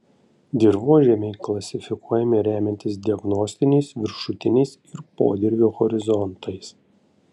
dirvožemiai klasifikuojami remiantis diagnostiniais viršutiniais ir podirvio horizontais